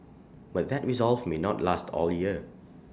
but that resolve may not last all year